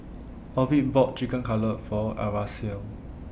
Ovid bought Chicken Cutlet For Aracely